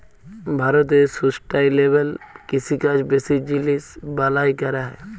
ভারতে সুস্টাইলেবেল কিষিকাজ বেশি জিলিস বালাঁয় ক্যরা হ্যয়